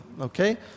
Okay